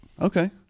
Okay